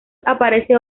aparece